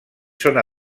zona